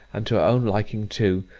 and to her own liking too,